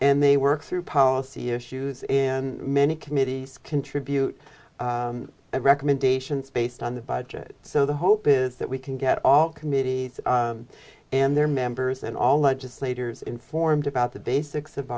and they work through policy issues and many committees contribute their recommendations based on the budget so the hope is that we can get all committees and their members and all legislators informed about the basics of